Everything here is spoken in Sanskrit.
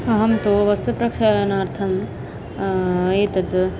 अहं तु वस्त्रप्रक्षालनार्थम् एतत्